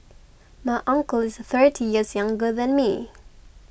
my uncle is thirty years younger than me